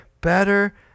better